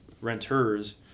renters